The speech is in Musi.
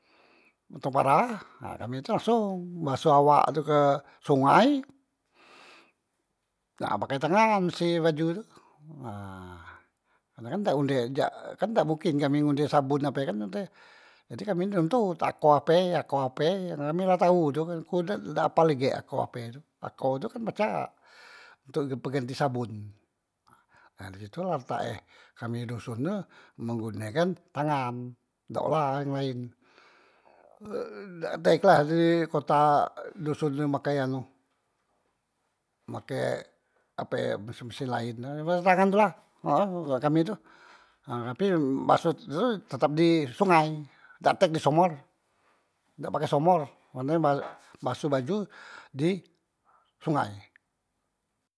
Motong para, ha kami tu langsong basoh awak tu ke sungai nah pakai tangan berseh ke baju tu, nah karne kan dak ngunde jak kan dak mungkin kami ngunde sabon ape kan, jadi kami tu nontot, ako ape ako ape kami la tau tu, ku kak dak apal igek ko ape tu, ako tu kan pacak ntok ge peganti sabon, nah di situ lah letak e kami doson tu menggunekan tangan dak olah yang laen dak tek la di kota doson tu makai anu, makek ape mesen- mesen laen tu ha pake tangan tu la ha eh kami tu, tapi maksod tu tetep di sungai dak tek di somor, dak pakai somor karne basoh baju di sungai.